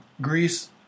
Greece